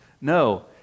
No